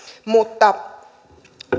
mutta